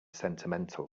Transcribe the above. sentimental